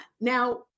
Now